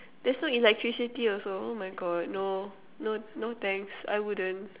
there's no electricity also oh my God no no no thanks I wouldn't